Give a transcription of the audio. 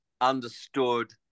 understood